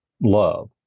love